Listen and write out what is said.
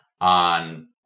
on